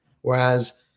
whereas